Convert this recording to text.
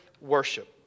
worship